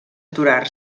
aturar